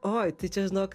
oi žinok